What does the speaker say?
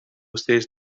says